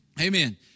Amen